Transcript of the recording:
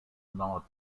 north